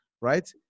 right